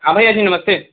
हाँ भैया जी नमस्ते